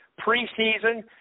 preseason